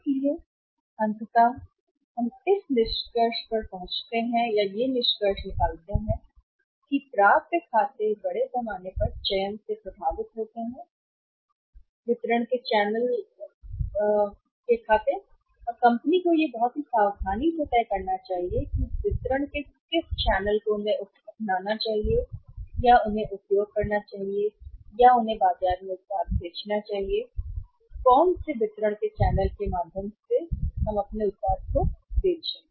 इसलिए अंततः हम यहां निष्कर्ष निकालते हैं कि प्राप्य खाते बड़े पैमाने पर चयन से प्रभावित होते हैं वितरण के चैनल और कंपनी को यह बहुत सावधानी से तय करना चाहिए कि किस चैनल का है वितरण को उन्हें अपनाना चाहिए या उन्हें उपयोग करना चाहिए और उन्हें बाजार में उत्पाद बेचना चाहिए वितरण के किस चैनल के माध्यम से गिरने या पालने से